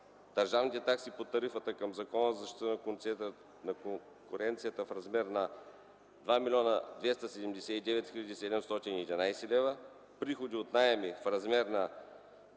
държавните такси по Тарифата към Закона за защита на конкуренцията в размер на 2 млн. 279 хил. 711 лв., приходи от наеми в размер на